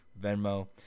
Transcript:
Venmo